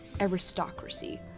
aristocracy